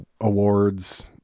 awards